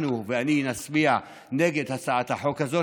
אנחנו ואני נצביע נגד הצעת החוק הזאת